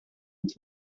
het